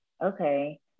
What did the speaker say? okay